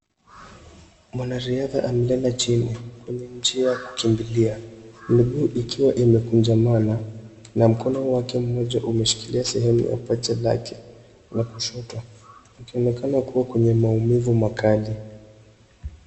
Mwanariadha amelala chini kwenye njia ya kukimbilia, miguu ikiwa imekunjamana na mkono wake mmoja umeshikilia sehemu ya paja lake la kushoto, akionekana kuwa kwenye maumivu makali.